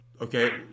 Okay